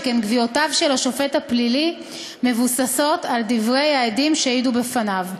שכן קביעותיו של השופט הפלילי מבוססות על דברי העדים שהעידו בפניו.